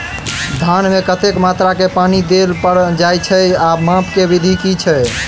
धान मे कतेक मात्रा मे पानि देल जाएँ छैय आ माप केँ विधि केँ छैय?